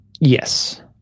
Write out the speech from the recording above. Yes